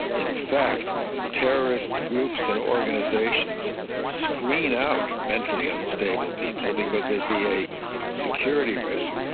in fact terrorist groups and organisations screen out mentally unstable people because they'd be a security risk.